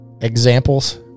examples